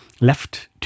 left